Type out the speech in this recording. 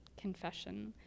confession